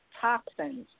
toxins